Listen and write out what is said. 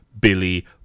billy